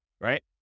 right